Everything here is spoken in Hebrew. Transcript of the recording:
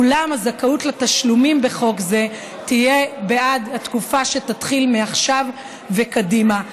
אולם הזכאות לתשלומים בחוק זה תהיה בעד התקופה שתתחיל מעכשיו וקדימה.